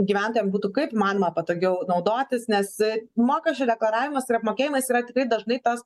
gyventojam būtų kaip įmanoma patogiau naudotis nes mokesčių deklaravimas ir apmokėjimas yra tikrai dažnai tas